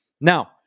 Now